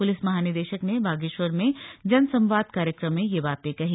police महानिदेशक ने बागेश्वर में जन संवाद कार्यक्रम में यह बात कही